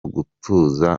gutuza